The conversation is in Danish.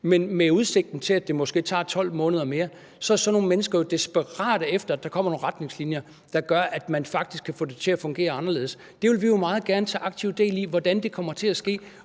men med udsigten til, at det måske tager 12 måneder mere, er sådanne mennesker jo desperate efter, at der kommer nogle retningslinjer, der gør, at man faktisk kan få det til at fungere anderledes. Det vil vi jo meget gerne tage aktivt del i, altså hvordan det kommer til at ske,